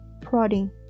prodding